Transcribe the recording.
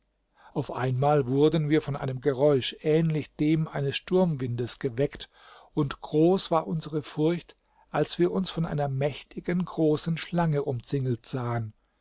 auf einmal wurden wir von einem geräusch ähnlich dem eines sturmwindes geweckt und groß war unsere furcht als wir uns von einer mächtigen großen schlange umzingelt sahen